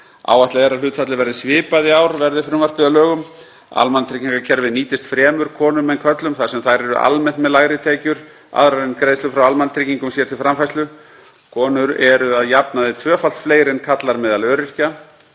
Áætlað er að hlutfallið verði svipað í ár verði frumvarpið að lögum. Almannatryggingakerfið nýtist fremur konum en körlum þar sem þær eru almennt með lægri tekjur aðrar en greiðslur frá almannatryggingum sér til framfærslu. Konur eru að jafnaði tvöfalt fleiri en karlar meðal öryrkja